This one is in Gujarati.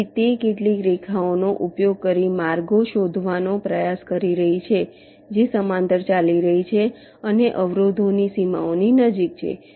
તેથી તે કેટલીક રેખાઓનો ઉપયોગ કરીને માર્ગો શોધવાનો પ્રયાસ કરી રહી છે જે સમાંતર ચાલી રહી છે અને અવરોધોની સીમાઓની નજીક છે